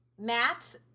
Matt